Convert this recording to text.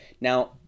now